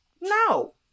No